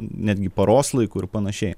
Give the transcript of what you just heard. netgi paros laiku ir panašiai